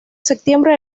septiembre